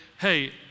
hey